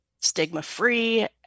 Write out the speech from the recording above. stigma-free